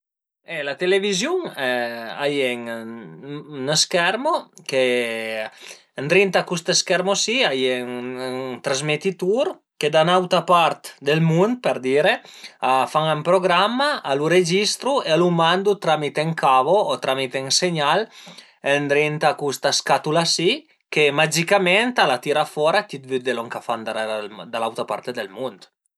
E la televiziun a ie ün schermo che ëndrinta a cust schermo si a ie ën traszmetitur che da ün'auta part dël mund për dire a fan ën programma, a lu registru e a lu mandu tramite ün cavo o tramite ün segnal ëndrinta a custa scatula si che magicament a la tira fora, ti vëdde lon ch'a fan da l'auta part dël mund